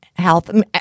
Health